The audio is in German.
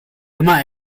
immer